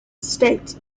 state